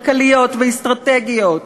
כלכליות ואסטרטגיות.